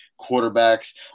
quarterbacks